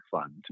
Fund